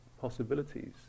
possibilities